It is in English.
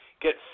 get